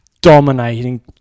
dominating